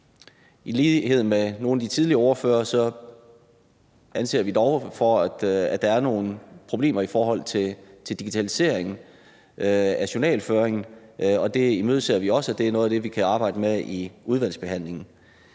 I lighed med nogle af de tidligere ordførere ser vi dog, at der er nogle problemer i forhold til digitalisering af journalføring, og det imødeser vi også er noget af det, vi kan arbejde med i udvalgsbehandlingen.